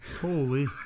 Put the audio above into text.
holy